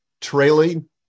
trailing